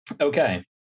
Okay